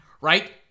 right